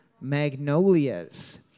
Magnolias